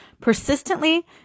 persistently